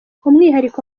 umwihariko